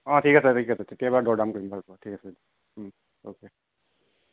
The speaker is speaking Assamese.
অঁ ঠিক আছে ঠিক আছে তেতিয়া বাৰু দৰ দাম কৰিম ঠিক আছে অ'কে